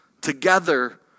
together